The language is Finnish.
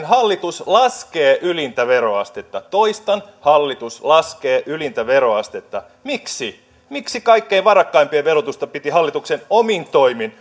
hallitus laskee ylintä veroastetta toistan hallitus laskee ylintä veroastetta miksi miksi kaikkein varakkaimpien verotusta piti hallituksen omin toimin